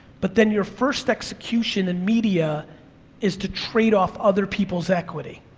but then your first execution in media is to trade off other people's equity.